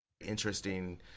interesting